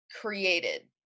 created